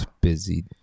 busy